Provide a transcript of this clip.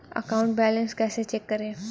Account balance कैसे check करें?